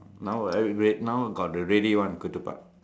now I re~ now got the ready one ketupat